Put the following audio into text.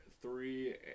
three